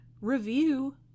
review